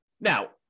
Now